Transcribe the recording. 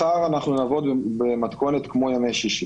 מחר נעבוד במתכונת כמו ימי שישי.